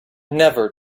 never